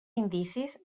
indicis